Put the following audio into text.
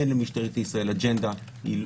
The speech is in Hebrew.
אין לממשלת ישראל אג'נדה.